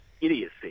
idiocy